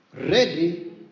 ready